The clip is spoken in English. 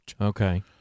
Okay